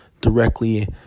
directly